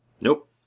Nope